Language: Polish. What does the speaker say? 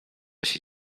się